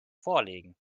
vorlegen